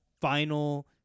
final